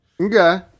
Okay